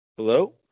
Hello